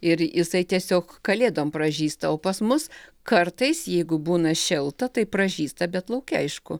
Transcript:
ir jisai tiesiog kalėdom pražysta o pas mus kartais jeigu būna šilta tai pražysta bet lauke aišku